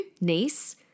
niece